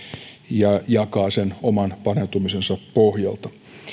ja jakaa sen oman paneutumisensa pohjalta